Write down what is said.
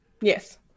Yes